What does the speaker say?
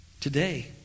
today